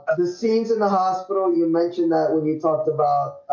the scenes in the hospital you mentioned that when you talked about